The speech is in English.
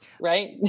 Right